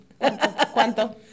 cuánto